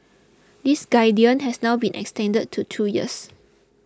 this guidance has now been extended to two years